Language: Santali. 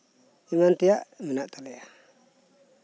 ᱮᱢᱟᱱ ᱛᱮᱭᱟᱜ ᱢᱮᱱᱟᱜ ᱛᱟᱞᱮᱭᱟ